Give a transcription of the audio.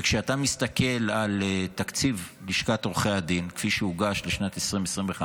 וכשאתה מסתכל על תקציב לשכת עורכי הדין כפי שהוגש לשנת 2025,